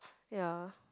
ya